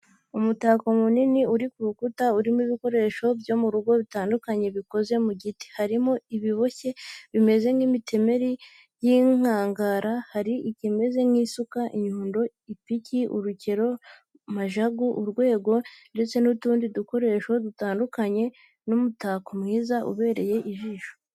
Umutako munini uri ku rukuta urimo ibikoresho byo mu rugo bitandukanye bikoze mu giti, harimo ibiboshye bimeze nk'imitemeri y'inkangara, hari ikimeze nk'isuka, inyundo, ipiki, urukero, majagu, urwego, ndetse n'utundi dukoresho dutandukanye, ni umutako mwiza ubereye ijisho.